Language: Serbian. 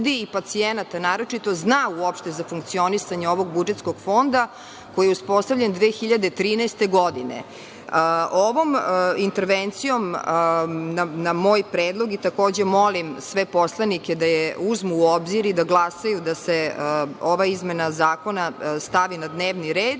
i pacijenata naročito zna uopšte za funkcionisanje ovog budžetskog fonda, koji je uspostavljen 2013. godine. Ovom intervencijom, na moj predlog, i takođe molim sve poslanike da uzmu u obzir i da glasaju da se ova izmena zakona stavi na dnevni red,